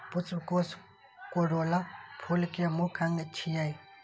पुष्पकोष कोरोला फूल के मुख्य अंग छियै